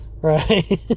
right